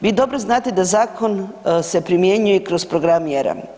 Vi dobro znate da zakon se primjenjuje kroz program mjera.